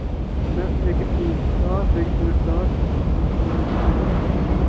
نہ أکِس ٹیٖمَس ساس بیٚیہِ کِس ٹیٖمَس ساس گوٚو رۄپپس زٕ ساس رۄپیہِ